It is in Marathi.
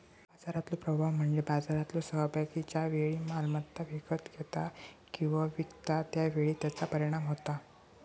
बाजारातलो प्रभाव म्हणजे बाजारातलो सहभागी ज्या वेळी मालमत्ता विकत घेता किंवा विकता त्या वेळी त्याचा परिणाम होता